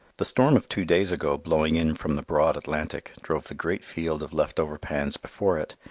the storm of two days ago blowing in from the broad atlantic drove the great field of leftover pans before it,